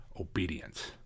obedience